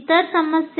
इतर समस्या